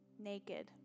Naked